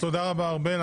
תודה רבה, ארבל.